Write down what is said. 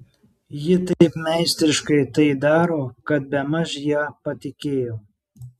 ji taip meistriškai tai daro kad bemaž ja patikėjau